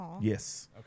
Yes